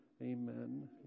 Amen